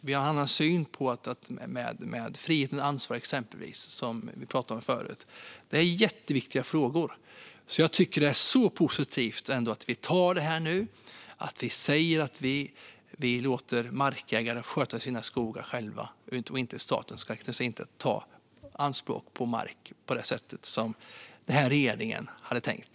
Vi har en annan syn på exempelvis frihet under ansvar, som vi talade om förut. Det är jätteviktiga frågor. Det är ändå så positivt att vi nu tar detta. Vi säger att vi låter markägare sköta sina skogar själva. Staten ska alltså inte göra anspråk på mark på det sätt som regeringen hade tänkt.